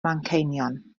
manceinion